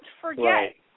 forget